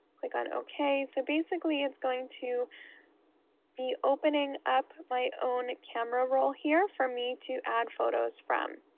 click on okay, so basically it's going to be opening up my own camera roll here for me to add photos from.